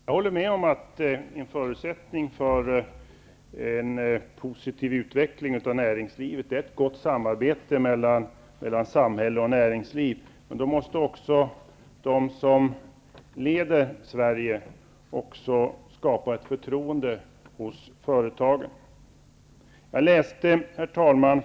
Herr talman! Jag håller med om att en förutsättning för en positiv utveckling av näringslivet är ett gott samarbete mellan samhälle och näringsliv. Då måste också de som leder Sverige skapa ett förtroende hos företagen.